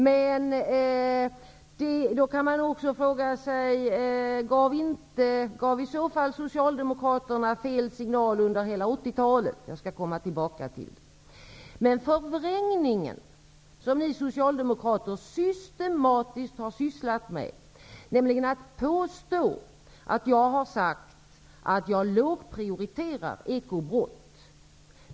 Men man kan också fråga sig om Socialdemokraterna i så fall gav fel signal under hela 80-talet. Jag skall komma tillbaka till det. Jag tycker att Socialdemokraterna skall sluta med den förvrängning som de systematiskt har sysslat med, nämligen att påstå att jag har sagt att jag lågprioriterar ekobrott.